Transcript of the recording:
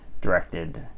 directed